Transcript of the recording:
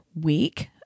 week